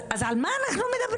אז על מה אנחנו מדברים.